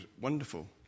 wonderful